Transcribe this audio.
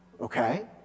okay